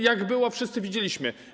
Jak było, wszyscy widzieliśmy.